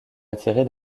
attirer